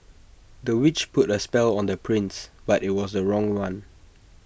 the witch put A spell on the prince but IT was the wrong one